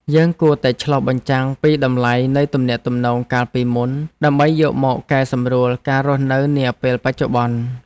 យើងគួរតែឆ្លុះបញ្ចាំងពីតម្លៃនៃទំនាក់ទំនងកាលពីមុន ដើម្បីយកមកកែសម្រួលការរស់នៅនាពេលបច្ចុប្បន្ន។